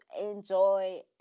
enjoy